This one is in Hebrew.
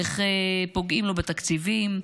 איך פוגעים לו בתקציבים,